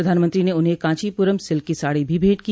प्रधानमंत्री ने उन्हें कांचीपुरम सिल्क की साड़ी भी भेंट की